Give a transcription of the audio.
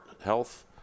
health